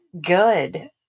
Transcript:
good